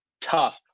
tough